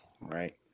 Right